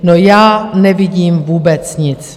No, já nevidím vůbec nic.